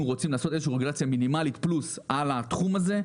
רוצים לעשות רגולציה מינימלית פלוס על התחום הזה.